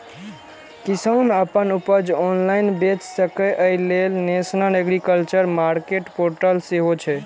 किसान अपन उपज ऑनलाइन बेच सकै, अय लेल नेशनल एग्रीकल्चर मार्केट पोर्टल सेहो छै